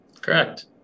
Correct